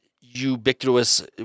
ubiquitous